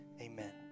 amen